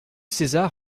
césar